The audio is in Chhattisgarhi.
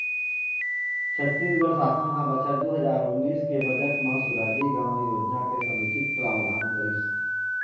छत्तीसगढ़ सासन ह बछर दू हजार उन्नीस के बजट म सुराजी गाँव योजना के समुचित प्रावधान करिस